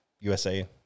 USA